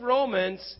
Romans